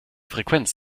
frequenz